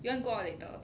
you want go out later